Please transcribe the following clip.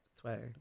sweater